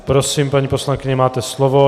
Prosím, paní poslankyně, máte slovo.